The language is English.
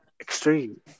extreme